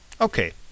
okay